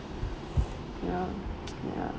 you know ya